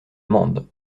mende